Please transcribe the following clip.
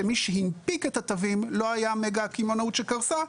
שמי שהנפיק את התווים לא היה מגה קמעונאות שקרסה,